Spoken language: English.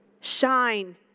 Shine